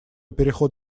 переход